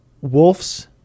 wolf's